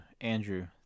Andrew